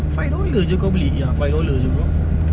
fine though ya jer kau beli yang five dollar jer bro